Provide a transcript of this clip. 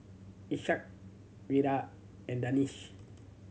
Ishak Wira and Danish